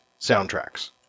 soundtracks